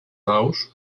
daus